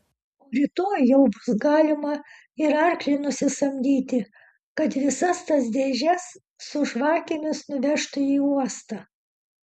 o rytoj jau bus galima ir arklį nusisamdyti kad visas tas dėžes su žvakėmis nuvežtų į uostą